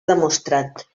demostrat